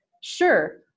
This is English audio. sure